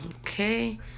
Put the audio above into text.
Okay